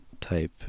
type